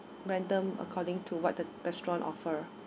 random according to what the restaurant offer